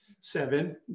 Seven